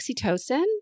oxytocin